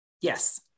Yes